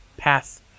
path